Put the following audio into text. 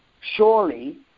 surely